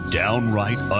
downright